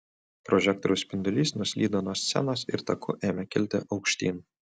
prožektoriaus spindulys nuslydo nuo scenos ir taku ėmė kilti aukštyn